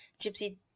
Gypsy